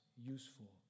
useful